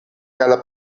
cada